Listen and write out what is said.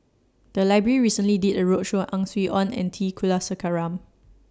The Library recently did A roadshow on Ang Swee Aun and T Kulasekaram